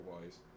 wise